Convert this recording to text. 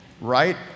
right